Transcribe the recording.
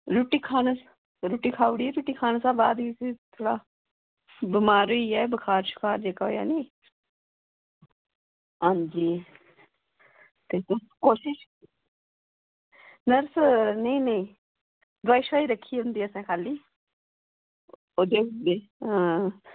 रुट्टी खाई रुट्टी खाई ओड़ी रुट्टी खाने दे बाद बी थोह्ड़ा बमार होई गेआ बखार शखार जेह्का होएआ नी हां जी ते बस कोशश नर्स नेईं नेईं दोआई शोआई रक्खी दी होंदी असें खाल्ली हां